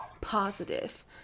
positive